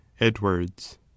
edwards